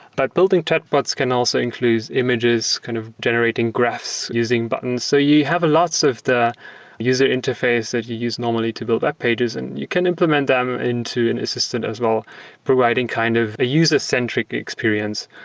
but building type chatbots can also include images, kind of generating graphs, using buttons. so you have a lots of the user interface that you use normally to build webpages and you can implement them into an assistant as well providing kind of a user-centric experience.